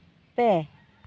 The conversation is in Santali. ᱯᱮ